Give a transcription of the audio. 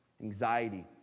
Anxiety